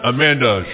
Amanda